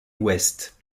ouest